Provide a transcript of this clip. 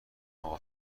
اقا